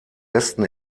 besten